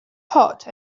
hot